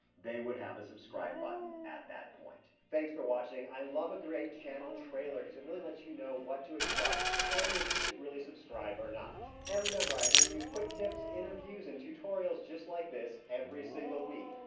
they would have a subscribe button at that point. thanks for watching! i love a great channel trailer, because it really lets you know what to expect and if you should really subscribe or not. and remember, i bring you quick tips, interviews and tutorials just like this every single week.